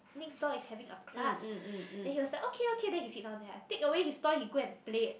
next door is having a class then he was like okay okay then he sit down there I take away his toy he go and play